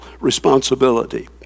responsibility